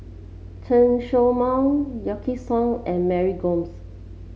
Chen Show Mao Wykidd Song and Mary Gomes